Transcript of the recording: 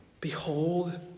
Behold